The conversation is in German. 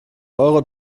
euro